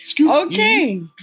Okay